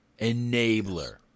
Enabler